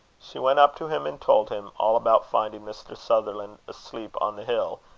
she went up to him and told him all about finding mr. sutherland asleep on the hill,